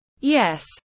Yes